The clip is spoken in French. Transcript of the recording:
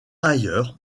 ailleurs